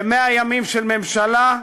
ב-100 ימים של ממשלה,